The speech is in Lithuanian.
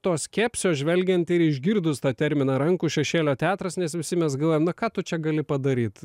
to skepsio žvelgiant ir išgirdus tą terminą rankų šešėlio teatras nes visi mes galvojom na ką tu čia gali padaryt